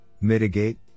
mitigate